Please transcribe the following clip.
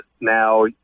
now